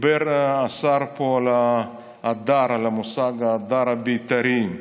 דיבר פה השר על המושג ההדר הבית"רי.